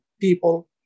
people